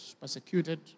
persecuted